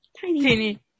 Tiny